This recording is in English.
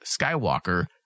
Skywalker